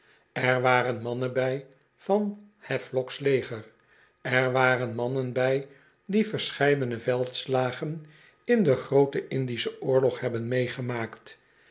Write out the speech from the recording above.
er waren mannen bij van havelocks leger er waren mannen bij die verscheidene veldslagen in den grooten indischen oorlog hebben meegemaakt